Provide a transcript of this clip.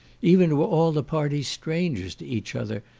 even were all the parties strangers to each other,